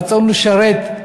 הרצון לשרת,